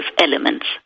elements